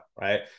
right